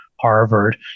Harvard